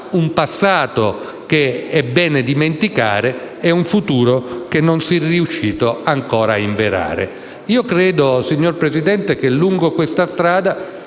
un passato che è bene dimenticare ed un futuro che non si è riuscito ancora a inverare. Signor Presidente, lungo questa strada